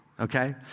Okay